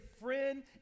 friend